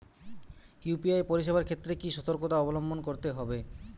UPI পরিসেবার ক্ষেত্রে কি সতর্কতা অবলম্বন করতে হবে?